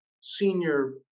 senior